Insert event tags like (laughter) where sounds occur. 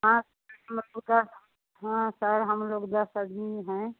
हाँ (unintelligible) हाँ सर हम लोग दस आदमी हैं